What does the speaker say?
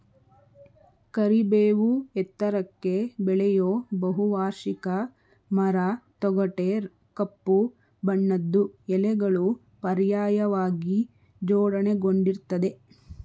ಕರಿಬೇವು ಎತ್ತರಕ್ಕೆ ಬೆಳೆಯೋ ಬಹುವಾರ್ಷಿಕ ಮರ ತೊಗಟೆ ಕಪ್ಪು ಬಣ್ಣದ್ದು ಎಲೆಗಳು ಪರ್ಯಾಯವಾಗಿ ಜೋಡಣೆಗೊಂಡಿರ್ತದೆ